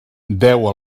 deu